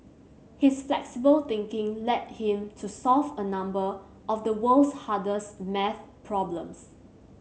his flexible thinking led him to solve a number of the world's hardest maths problems